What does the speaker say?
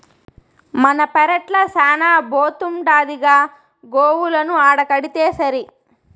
మన పెరట్ల శానా బోతుండాదిగా గోవులను ఆడకడితేసరి